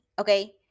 Okay